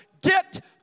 get